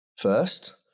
first